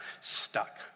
stuck